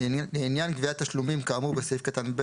לעניין גביית תשלומים כאמור בסעיף קטן (ב)